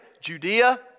Judea